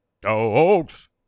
dogs